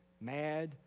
mad